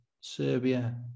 Serbia